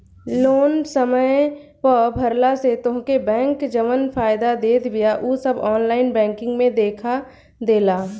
loan समय पअ भरला से तोहके बैंक जवन फायदा देत बिया उ सब ऑनलाइन बैंकिंग में देखा देला